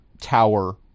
tower